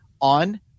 on